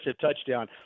touchdown